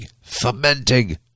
Fomenting